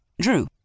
Drew